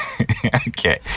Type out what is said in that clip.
Okay